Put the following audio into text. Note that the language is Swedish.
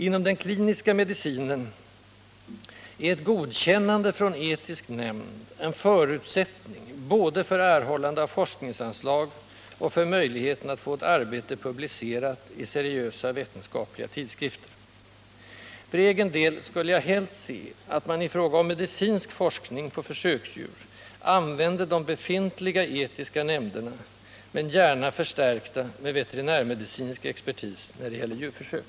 Inom den kliniska medicinen är ett godkännande från etisk nämnd en förutsättning både för erhållande av Djurskydd forskningsanslag och för möjligheten att få ett arbete publicerat i seriösa vetenskapliga tidskrifter. För egen del skulle jag helst se att man i fråga om medicinsk forskning på försöksdjur använde de befintliga etiska nämnderna —- dock gärna förstärkta med veterinärmedicinsk expertis när det gäller djurförsök.